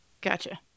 Gotcha